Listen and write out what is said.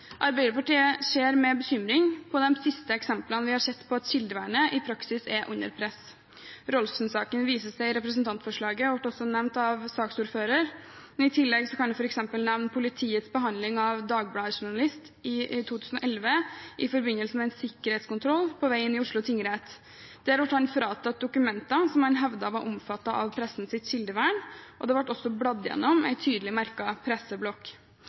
Arbeiderpartiet ser med bekymring på – slik de siste eksemplene vi har sett, viser – at kildevernet i praksis er under press. Rolfsen-saken vises det til i representantforslaget, og den ble også nevnt av saksordføreren. I tillegg kan man f.eks. nevne politiets behandling av en Dagblad-journalist i 2011 i forbindelse med en sikkerhetskontroll på vei inn i Oslo tingrett. Der ble han fratatt dokumenter som han hevdet var omfattet av pressens kildevern, og det ble også bladd gjennom en tydelig merket presseblokk.